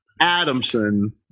Adamson